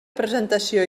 presentació